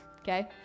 okay